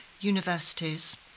universities